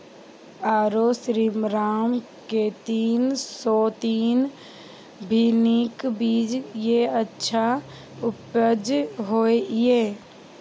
आरो श्रीराम के तीन सौ तीन भी नीक बीज ये अच्छा उपज होय इय?